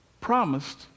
promised